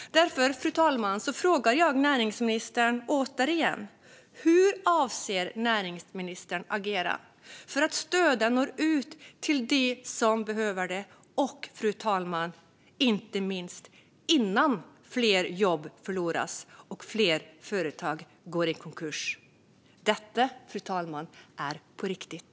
Därför, fru talman, frågar jag näringsministern återigen: Hur avser näringsministern att agera för att stöden ska nå ut till dem som behöver dem - och, fru talman, inte minst innan fler jobb förloras och fler företag går i konkurs? Detta, fru talman, är på riktigt!